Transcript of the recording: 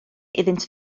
iddynt